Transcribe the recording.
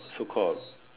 so called